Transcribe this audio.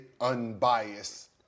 unbiased